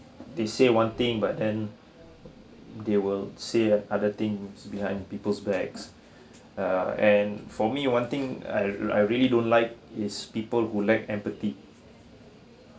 they say one thing but then they will say other things behind people's backs uh and for me one thing I I really don't like is people who lack empathy